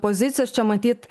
pozicijos čia matyt